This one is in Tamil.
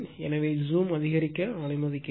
எனவே ஜூம் அதிகரிக்க அனுமதிக்கிறேன்